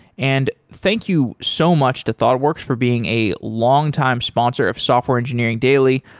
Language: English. and thank you so much to thoughtworks for being a longtime sponsor of software engineering daily.